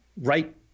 right